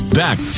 back